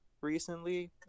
recently